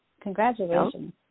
Congratulations